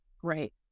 great